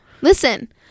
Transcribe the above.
Listen